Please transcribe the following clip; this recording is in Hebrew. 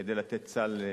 כדי לתת סל,